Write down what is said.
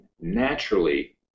naturally